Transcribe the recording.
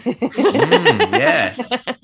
yes